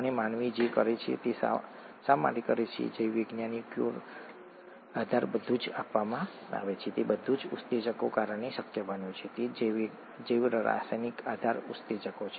અને માનવી જે કરે છે તે શા માટે કરે છે જૈવરાસાયણિક આધાર બધું જ આપવામાં આવે છે તે બધું જ ઉત્સેચકોને કારણે શક્ય બન્યું છે તો જૈવરાસાયણિક આધાર ઉત્સેચકો છે